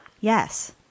yes